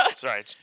Sorry